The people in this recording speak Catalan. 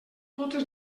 totes